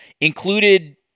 included